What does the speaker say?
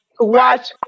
watch